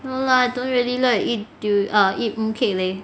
no lah don't really like to eat err eat mooncake leh